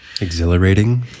Exhilarating